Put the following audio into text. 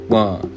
one